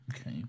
Okay